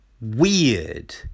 Weird